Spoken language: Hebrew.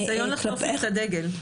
ניסיון לחטוף לי את הדגל.